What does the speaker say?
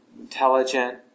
intelligent